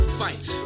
fight